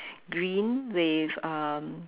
green with um